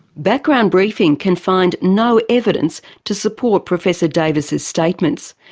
background briefing can find no evidence to support professor davis' statements.